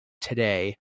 today